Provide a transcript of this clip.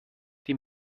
die